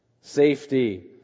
safety